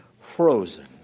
frozen